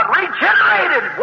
regenerated